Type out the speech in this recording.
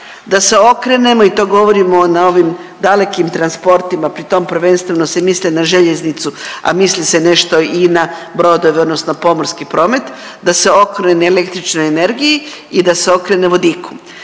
da se okrenemo i to govorimo na ovim dalekim transportima pri tom prvenstveno se misli na željeznicu, a misli se nešto i na brodove odnosno pomorski promet, da se okrene električnoj energiji i da se okrene vodiku.